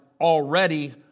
already